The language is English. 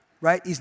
Right